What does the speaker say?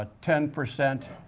ah ten percent